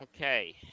Okay